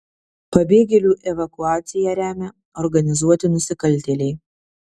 pabėgėlių evakuaciją remia organizuoti nusikaltėliai